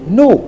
no